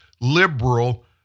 liberal